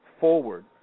forward